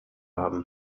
haben